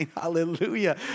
hallelujah